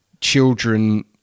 children